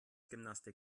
gymnastik